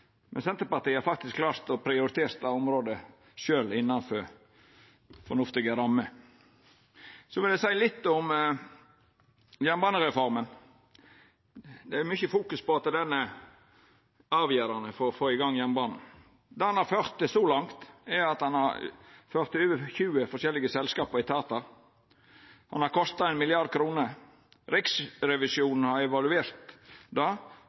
Men Senterpartiet har faktisk klart å prioritera det området, sjølv innanfor fornuftige rammer. Eg vil seia litt om jernbanereforma. Det vert fokusert mykje på at ho er avgjerande for å få i gang jernbanen. Det ho har ført til så langt, er over 20 forskjellige selskap og etatar, og ho har kosta 1 mrd. kr. Riksrevisjonen har evaluert det